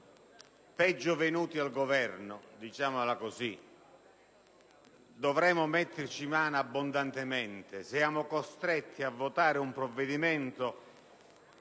peggio venuti al Governo, diciamola così; dovremo metterci mano abbondantemente. Siamo costretti a votare un provvedimento